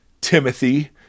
Timothy